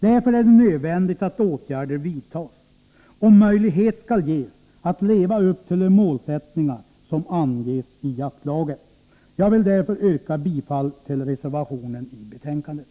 Därför är det nödvändigt att åtgärder vidtas, om möjlighet skall ges att leva upp till de målsättningar som anges i jaktlagen. Jag vill därför yrka bifall till reservationen i betänkandet.